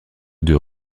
deux